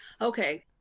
okay